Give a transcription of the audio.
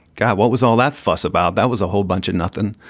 gosh, what was all that fuss about? that was a whole bunch of nothing.